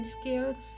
skills